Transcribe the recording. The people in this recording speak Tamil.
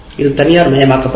இது தனியார்மயமாக்கப்பட்டது